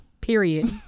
period